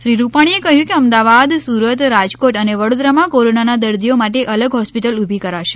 શ્રી રૂપાણીએ કહ્યું કે અમદાવાદ સુરત રાજકોટ અને વડોદરામાં કોરોનાના દર્દીઓ માટે અલગ હોસ્પિટલ ઉભી કરાશે